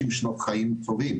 בין 40-50 שנות חיים נוספות